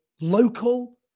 local